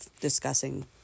discussing